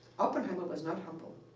oppenheimer was not humble.